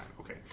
okay